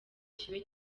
kibe